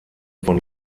von